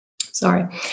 sorry